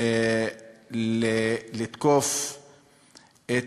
לתקוף את